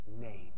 name